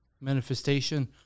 Manifestation